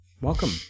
Welcome